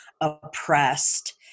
oppressed